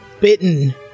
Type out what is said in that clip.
bitten